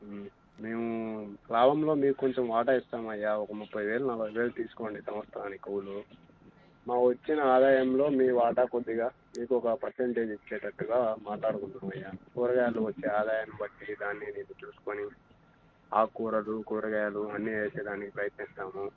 మేము లాభంలో మీకు కొంచెం వాటా ఇస్తాం అయ్యా ఒక ముప్పై వేలు నలభై వేలు తీసుకోండి సంవత్సరానికి కవులు ఆ వచ్చిన ఆదాయంలో మీ వాటా కొద్దిగా మీకు ఒక పర్సెంటేజ్ ఇచ్చేటట్టుగా మాట్లాడుకుంటామయ్యా కూరగాయలు వచ్చే ఆదాయం బట్టి దాన్ని దీన్ని చూసుకొని ఆకూ కూరలు కూరగాయలు అన్నీ వేయడానికి ప్రయత్నిస్తాము